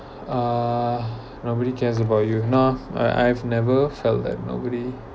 ah nobody cares about you no I I've never felt that nobody